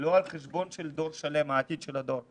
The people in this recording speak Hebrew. לא על חשבון העתיד של דור שלם.